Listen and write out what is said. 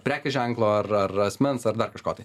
prekės ženklo ar ar asmens ar dar kažko tai